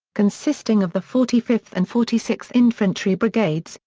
consisting of the forty fifth and forty sixth infantry brigades,